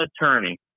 attorney